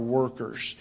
workers